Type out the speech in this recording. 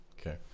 Okay